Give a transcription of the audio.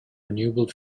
renewable